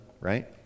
right